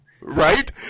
Right